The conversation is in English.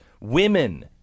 women